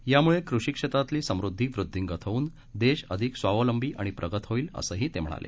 यामुळे कृषी क्षेत्रातली समृद्धी वृद्धिंगत होऊन देश अधिक स्वावलंबी आणि प्रगत होईल असंही ते म्हणाले